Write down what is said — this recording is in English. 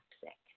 toxic